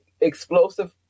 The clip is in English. explosive